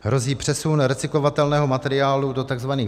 Hrozí přesun recyklovatelného materiálu do tzv.